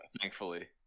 thankfully